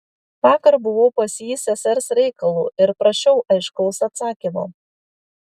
vakar buvau pas jį sesers reikalu ir prašiau aiškaus atsakymo